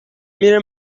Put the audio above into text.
میره